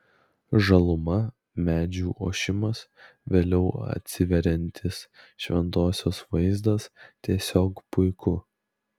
žaluma medžių ošimas vėliau atsiveriantis šventosios vaizdas tiesiog puiku